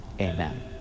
Amen